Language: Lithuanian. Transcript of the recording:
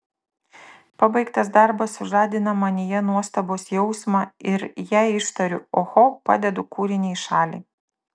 pabaigtas darbas sužadina manyje nuostabos jausmą ir jei ištariu oho padedu kūrinį į šalį